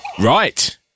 Right